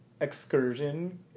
excursion